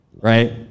right